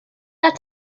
gael